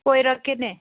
ꯀꯣꯏꯔꯛꯀꯦꯅꯦ